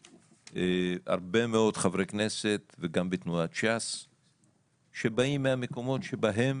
הרבה מאוד חברי כנסת וגם בתנועת ש"ס שבאים מהמקומות שבהם